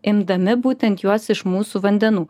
imdami būtent juos iš mūsų vandenų